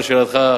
לשאלתך,